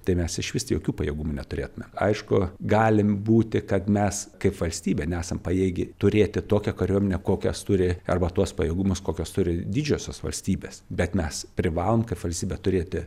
tai mes išvis jokių pajėgumų neturėtume aišku galim būti kad mes kaip valstybė nesam pajėgi turėti tokią kariuomenę kokias turi arba tuos pajėgumus kokius turi didžiosios valstybės bet mes privalom kaip valstybė turėti